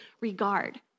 regard